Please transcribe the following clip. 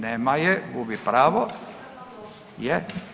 Nema je, gubi pravo. … [[Upadica iz klupe se ne razumije]] Je?